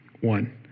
one